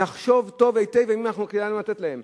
נחשוב היטב אם כדאי לנו לתת להם.